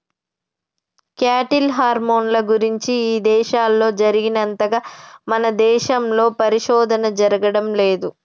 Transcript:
cattle హార్మోన్ల గురించి ఇదేశాల్లో జరిగినంతగా మన దేశంలో పరిశోధన జరగడం లేదు